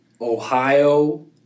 Ohio